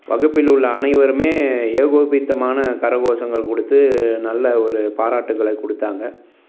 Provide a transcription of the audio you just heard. வகுப்பில் உள்ள அனைவரும் ஏகோபித்தமான கரகோசங்கள் கொடுத்து நல்ல ஒரு பாராட்டுகள் கொடுத்தாங்க